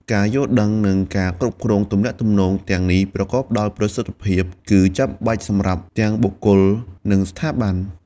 ការយល់ដឹង និងការគ្រប់គ្រងទំនាក់ទំនងទាំងនេះប្រកបដោយប្រសិទ្ធភាពគឺចាំបាច់សម្រាប់ទាំងបុគ្គល និងស្ថាប័ន។